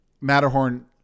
matterhorn